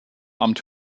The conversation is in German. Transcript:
amt